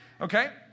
Okay